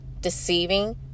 deceiving